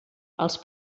els